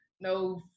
no